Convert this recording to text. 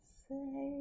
say